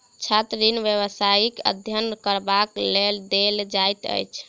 छात्र ऋण व्यवसायिक अध्ययन करबाक लेल देल जाइत अछि